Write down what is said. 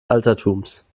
altertums